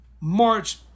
march